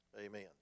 amen